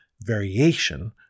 variation